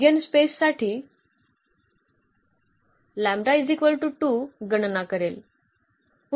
eigenspace साठी गणना करेल